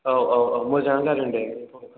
औ औ औ मोजाङानो जादों दे फन खालामनाया